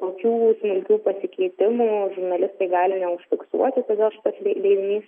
tokių smulkių pasikeitimų žurnalistai gali neužfiksuoti todėl šitas leidinys